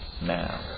now